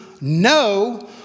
No